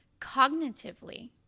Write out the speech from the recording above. cognitively